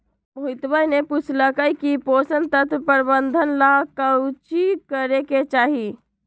मोहितवा ने पूछल कई की पोषण तत्व प्रबंधन ला काउची करे के चाहि?